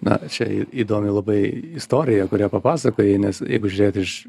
na čia įdomi labai istorija kurią papasakojai nes jeigu žiūrėt iš